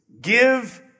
give